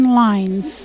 lines